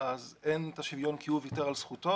אז אין שוויון, כי הוא ויתר על זכותו.